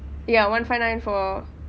ya one five nine for